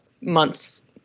months